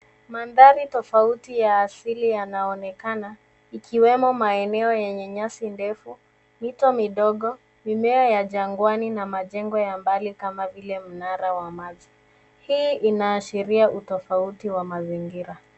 Mandhari tofauti ya asili yanaonekana, ikiwemo maeneo yenye nyasi ndefu, mito midogo, mimea ya jangwani na majengo ya mbali kama vile mnara wa maji. Hii inaashiria utofauti wa mazingira.